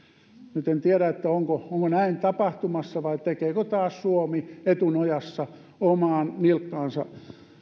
nyt en tiedä onko onko näin tapahtumassa vai tekeekö taas suomi etunojassa omaan nilkkaansa